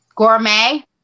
Gourmet